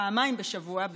פעמיים בשבוע,